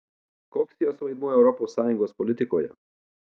koks jos vaidmuo europos sąjungos politikoje